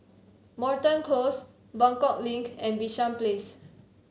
Moreton Close Buangkok Link and Bishan Place